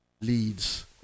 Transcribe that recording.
leads